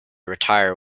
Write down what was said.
retire